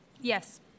Yes